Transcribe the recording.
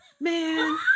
Man